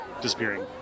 disappearing